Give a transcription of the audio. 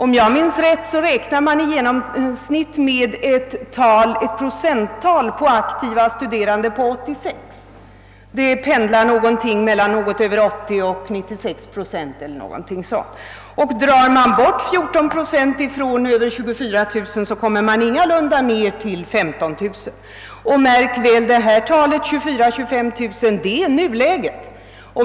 Om jag minns rätt, räknar man i genomsnitt med ett procenttal för aktiva studerande på 86 — det pendlar mellan 80 och 96 eller någonting sådant och drar man av 14 procent från något över 24 000 så kommer man ingalunda ned till 15 000. Märk väl att 24 000 å 25 000 gäller för nuläget!